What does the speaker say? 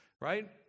right